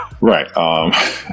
Right